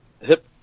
hip